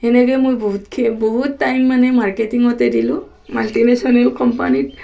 সেনেকৈ মই বহুতখি বহুত টাইম মানে মাৰ্কেটিঙতে দিলোঁ মাল্টিনেশ্যনেল কোম্পানীত